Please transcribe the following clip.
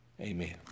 amen